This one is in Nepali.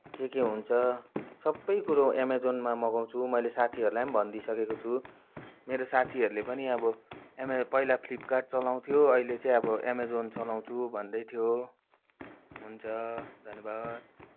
के के हुन्छ सबै कुरो एमाजोनमा मगाउँछु मैले साथीहरूलाई पनि भनिदिइसकेको छु मेरो साथीहरूले पनि अब एमे पहिला फ्लिपकार्ट चलाउँथ्यो अहिले चाहिँ अब एमाजोन चलाउँछु भन्दैथ्यो हुन्छ धन्यवाद